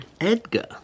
Edgar